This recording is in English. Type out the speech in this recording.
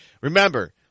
Remember